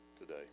today